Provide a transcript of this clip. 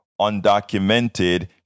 undocumented